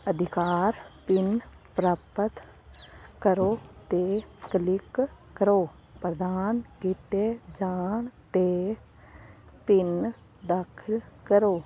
ਅਧਿਕਾਰ ਪਿੰਨ ਪ੍ਰਾਪਤ ਕਰੋ ਅਤੇ ਕਲਿੱਕ ਕਰੋ ਪ੍ਰਦਾਨ ਕੀਤੇ ਜਾਣ 'ਤੇ ਪਿੰਨ ਦਾਖਲ ਕਰੋ